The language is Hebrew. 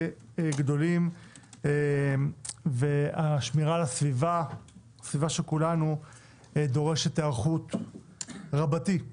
גדולים והשמירה על הסביבה שדורשת היערכות רבתי.